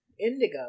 indigo